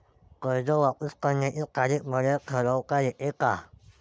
कर्ज वापिस करण्याची तारीख मले ठरवता येते का?